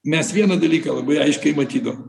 mes vieną dalyką labai aiškiai matydavom